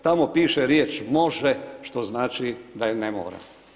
Tamo piše riječ „može“ što znači da i ne mora.